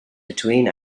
between